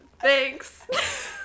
thanks